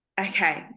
Okay